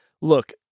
look